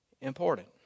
important